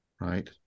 right